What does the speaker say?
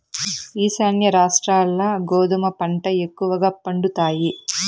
ఈశాన్య రాష్ట్రాల్ల గోధుమ పంట ఎక్కువగా పండుతాయి